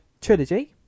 trilogy